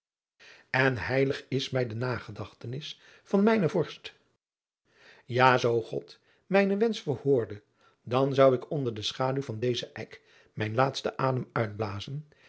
en heilig is mij de nagedachtenis van mijnen vorst a zoo od mijn wensch verhoorde dan zou ik onder de schaduw van dezen eik mijn laatsten adem uitblazen